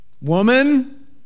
Woman